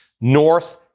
north